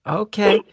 okay